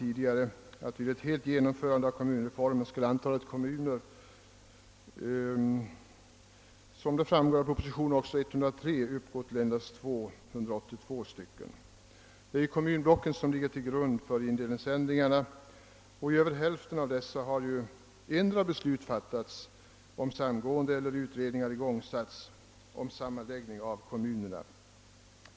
Vid ett fullständigt genomförande av kommunindelningsreformen skulle antalet kommuner, såsom framgår av propositionen nr 103, utgöra endast 282 stycken. Det är ju kommunblocken som ligger till grund för indelningsändringarna, och beträffande över hälften av dessa har endera beslut fattats om sammangående eller utredningar igångsatts om sammanläggning av kommunerna.